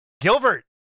Gilbert